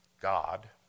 God